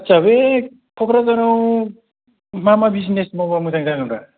आदसा बै क'क्राझाराव मा मा बिजनेस मावबा मोजां जागोनब्रा